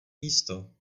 místo